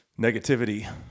negativity